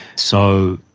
so,